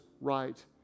right